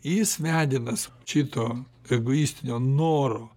jis vedinas šito egoistinio noro